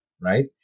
right